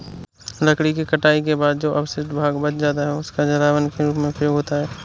लकड़ी के कटाई के बाद जो अवशिष्ट भाग बच जाता है, उसका जलावन के रूप में प्रयोग होता है